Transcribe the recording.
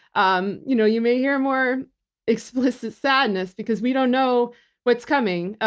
um you know you may hear more explicit sadness because we don't know what's coming.